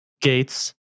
gates